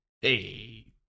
hey